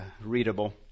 readable